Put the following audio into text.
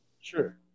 Sure